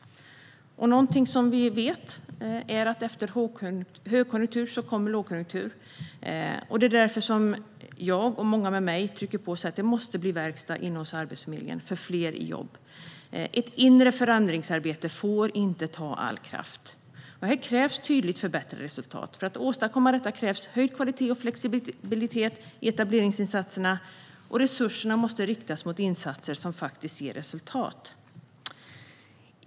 Någonting som vi vet är att efter högkonjunktur kommer lågkonjunktur. Det är därför som jag och många med mig trycker på och säger att det måste bli verkstad inne hos Arbetsförmedlingen för att få fler i jobb. Ett inre förändringsarbete får inte ta all kraft. Här krävs tydligt förbättrade resultat. För att åstadkomma detta krävs höjd kvalitet och flexibilitet i etableringsinsatserna. Resurserna måste riktas mot insatser som faktiskt ger resultat.